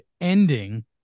ending